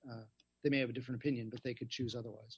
they may have a different opinion but they could choose otherwise